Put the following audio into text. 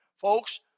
Folks